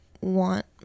want